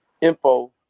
info